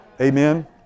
Amen